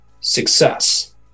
success